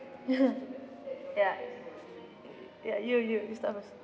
ya ya you you you start first